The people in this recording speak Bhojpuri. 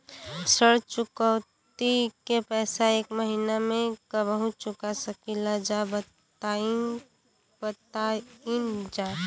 ऋण चुकौती के पैसा एक महिना मे कबहू चुका सकीला जा बताईन जा?